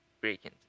breaking